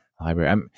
library